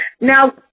now